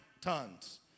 tons